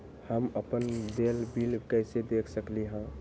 हम अपन देल बिल कैसे देख सकली ह?